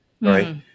right